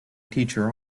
teacher